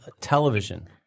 television